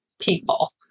people